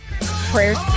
prayers